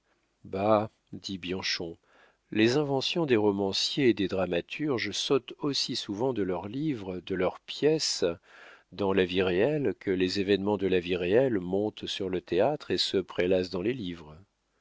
bah dit bianchon les inventions des romanciers et des dramaturges sautent aussi souvent de leurs livres et de leurs pièces dans la vie réelle que les événements de la vie réelle montent sur le théâtre et se prélassent dans les livres